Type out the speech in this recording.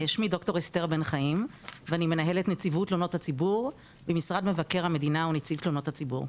אני מנהלת נציבות תלונות הציבור במשרד מבקר המדינה ונציב תלונות הציבור.